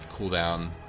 cooldown